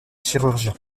chirurgiens